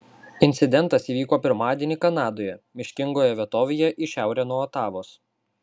incidentas įvyko pirmadienį kanadoje miškingoje vietovėje į šiaurę nuo otavos